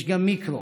יש גם מיקרו,